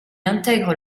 intègre